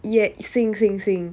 沿 sink sink sink